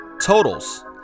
totals